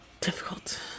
difficult